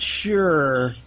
sure